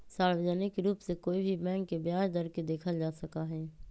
सार्वजनिक रूप से कोई भी बैंक के ब्याज दर के देखल जा सका हई